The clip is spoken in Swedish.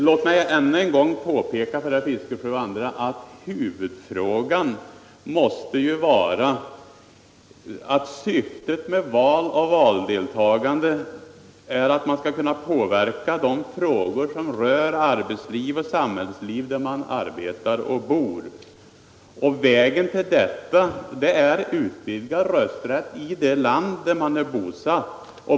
Låt mig ännu en gång påpeka för herr Fiskesjö och andra att syftet med val och valdeltagande är att man skall kunna påverka frågor som rör arbetsliv och samhällsliv där man arbetar och bor. Vägen till detta är utvidgad rösträtt i det land där man är bosatt.